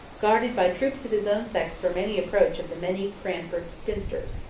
guarded by troops of his own sex from any approach of the many cranford spinsters.